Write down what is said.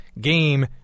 game